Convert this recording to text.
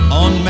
on